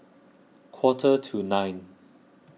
quarter to nine